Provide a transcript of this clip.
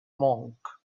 monk